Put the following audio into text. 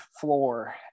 floor